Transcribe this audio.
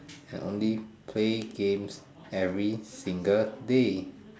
only play games every single day